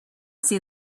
see